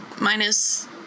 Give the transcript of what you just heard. minus